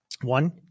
one